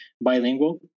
bilingual